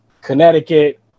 Connecticut